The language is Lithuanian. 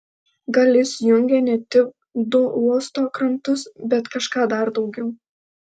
gal jis jungė ne tik du uosto krantus bet kažką dar daugiau